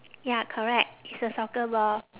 ya correct it's a soccer ball